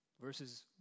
verses